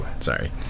Sorry